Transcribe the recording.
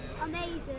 Amazing